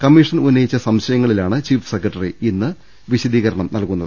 commission ഉന്നയിച്ച സംശയങ്ങളിലാണ് chief secretary വിശദീകരണം നൽകുന്നത്